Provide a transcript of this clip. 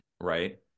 right